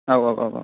औ औ औ